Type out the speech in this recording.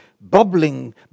bubbling